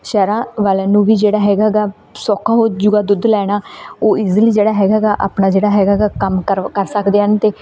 ਸ਼ਹਿਰਾਂ ਵਾਲਿਆਂ ਨੂੰ ਵੀ ਜਿਹੜਾ ਹੈਗਾ ਗਾ ਸੋਖਾ ਹੋਜੂਗਾ ਦੁੱਧ ਲੈਣਾ ਉਹ ਇਜਲੀ ਜਿਹੜਾ ਹੈਗਾ ਗਾ ਆਪਣਾ ਜਿਹੜਾ ਹੈਗਾ ਗਾ ਕੰਮ ਕਰ ਕਰ ਸਕਦੇ ਹਨ ਅਤੇ